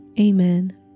Amen